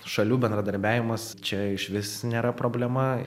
šalių bendradarbiavimas čia išvis nėra problema